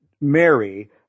Mary